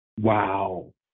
Wow